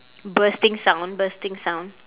bursting sound bursting sound